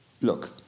look